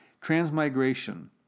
Transmigration